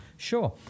Sure